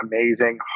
amazing